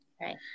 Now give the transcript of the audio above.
Right